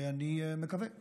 ואני מקווה שנצליח,